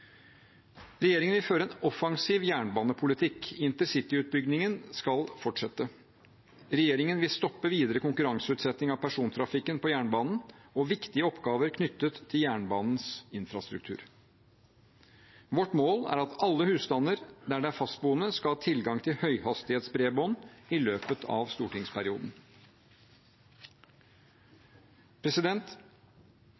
Regjeringen vil føre en offensiv jernbanepolitikk. Intercity-utbyggingen skal fortsette. Regjeringen vil stoppe videre konkurranseutsetting av persontrafikken på jernbanen og viktige oppgaver knyttet til jernbanens infrastruktur. Vårt mål er at alle husstander der det er fastboende, skal ha tilgang til høyhastighetsbredbånd i løpet av stortingsperioden.